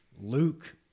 Luke